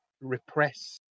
repress